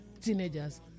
teenagers